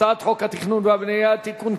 הצעת חוק התכנון והבנייה (תיקון,